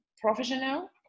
professional